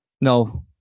no